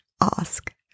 ask